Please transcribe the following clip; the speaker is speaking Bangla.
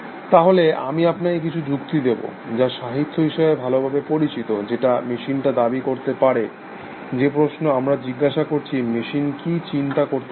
তাহলে আমি আপনাকে কিছু যুক্তি দেব যা সাহিত্য হিসাবে ভালোভাবে পরিচিত যেটা মেশিনটা দাবী করতে পারে যে প্রশ্ন আমরা জিজ্ঞাসা করছি মেশিন কি চিন্তা করতে পারে